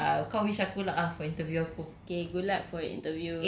so anyway uh babe uh kau wish aku lah ah untuk interview aku